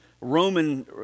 Roman